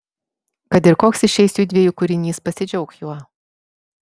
kad ir koks išeis judviejų kūrinys pasidžiauk juo